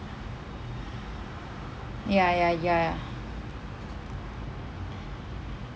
ya ya ya